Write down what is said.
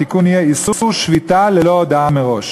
התיקון יהיה: איסור שביתה ללא הודעה מראש.